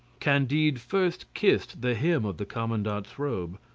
candide first kissed the hem of the commandant's robe,